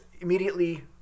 immediately